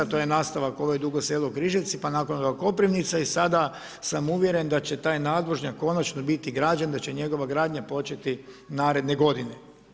To je nastavak ove Dugo Selo – Križevci, pa nakon toga Koprivnica i sada sam uvjeren da će taj nadvožnjak konačno biti građen, da će njegova gradnja početi naredne godine.